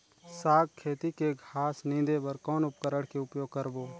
साग खेती के घास निंदे बर कौन उपकरण के उपयोग करबो?